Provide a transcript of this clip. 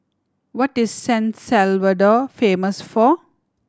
what is San Salvador famous for